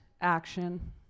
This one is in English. action